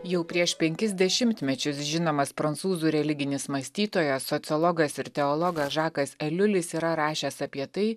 jau prieš penkis dešimtmečius žinomas prancūzų religinis mąstytojas sociologas ir teologas žakas eliulis yra rašęs apie tai